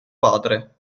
padre